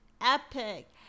epic